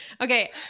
Okay